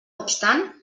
obstant